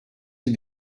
sie